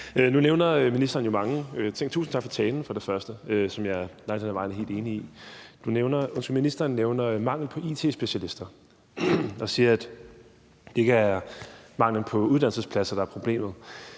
at sige et eller andet. Tusind tak for talen, for det første, som jeg langt hen ad vejen er helt enig i. Nu nævner ministeren manglen på it-specialister, og siger, at det ikke er manglen på uddannelsespladser, der er problemet.